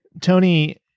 tony